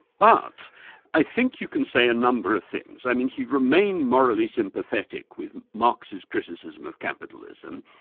but i think you can say a number of things. i mean he remained morally sympathetic with marxist criticism of capitalism,